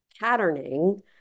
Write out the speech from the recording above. patterning